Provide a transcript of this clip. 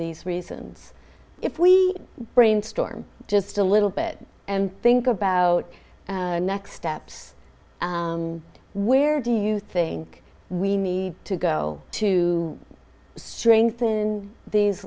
these reasons if we brainstorm just a little bit and think about next steps where do you think we need to go to strengthen these